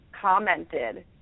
commented